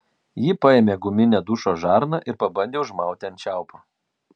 ji paėmė guminę dušo žarną ir pabandė užmauti ant čiaupo